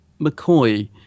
McCoy